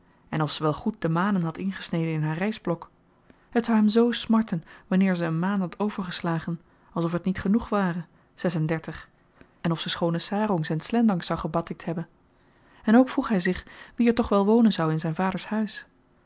en of ze wel goed de manen had ingesneden in haar rystblok het zou hem zoo smarten wanneer zy een maan had overgeslagen alsof t niet genoeg ware zes-en-dertig en of ze schoone sarongs en slendangs zou gebatikt hebben en ook vroeg hy zich wie er toch wel wonen zou in zyns vaders huis